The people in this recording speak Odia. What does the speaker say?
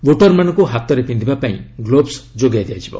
ଭୋଟରମାନଙ୍କୁ ହାତରେ ପିନ୍ଧିବା ପାଇଁ ଗ୍ଲୋବ୍ସ ଯୋଗାଇ ଦିଆଯିବ